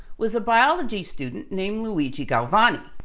was a biology student named luigi galvani.